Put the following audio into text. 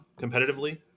competitively